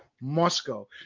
Moscow